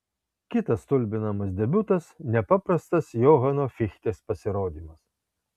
kitas stulbinamas debiutas nepaprastas johano fichtės pasirodymas